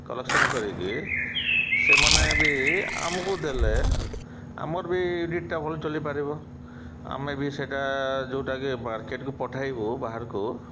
collection କରିକି ସେମାନେ ବି ଆମକୁ ଦେଲେ ଆମର୍ ବି ୟୁନିଟ୍ଟା ଭଲ ଚଳିପାରିବ ଆମେ ବି ସେଇଟା ଯେଉଁଟା କିି ମାର୍କେଟ୍କୁ ପଠାଇବୁ ବାହାରକୁ